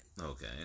Okay